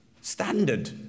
standard